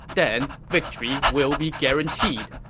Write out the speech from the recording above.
then, victory will be guaranteed.